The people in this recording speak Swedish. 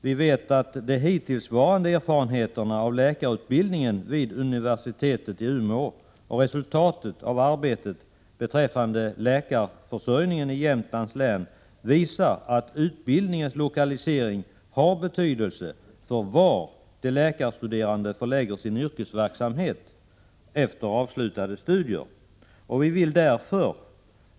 Vi vet att de hittillsvarande erfarenheterna av läkarutbildningen vid universitetet i Umeå och resultatet av arbetet beträffande läkarförsörjningen i Jämtlands län visar att utbildningens lokalisering har betydelse för var de läkarstuderande förlägger sin yrkesverksamhet efter avslutade studier.